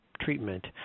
treatment